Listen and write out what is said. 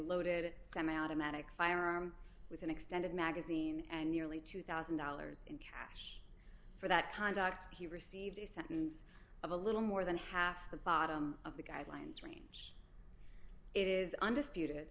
loaded it semi automatic firearm with an extended magazine and nearly two thousand dollars in cash for that conduct he received a sentence of a little more than half the bottom of the guidelines right it is undisputed